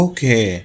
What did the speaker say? Okay